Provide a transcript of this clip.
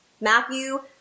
Matthew